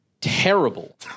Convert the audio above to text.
terrible